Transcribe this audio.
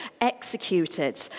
executed